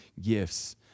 gifts